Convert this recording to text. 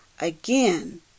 again